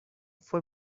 fue